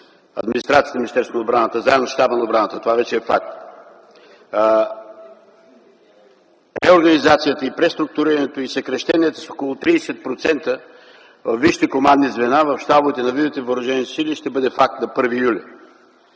администрацията на Министерството на отбраната, заедно с Щаба на отбраната. Това вече е факт. Реорганизацията и преструктурирането, и съкращението с около 30% във висшите командни звена, в щабовете на видовете въоръжени сили ще бъде факт на 1 юли.